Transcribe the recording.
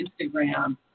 Instagram